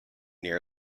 near